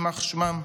יימח שמם,